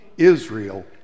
Israel